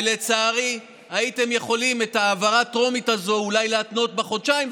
ולצערי הייתם יכולים את ההעברה הטרומית הזו אולי להתנות בחודשיים,